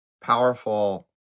Powerful